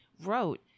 wrote